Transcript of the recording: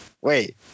Wait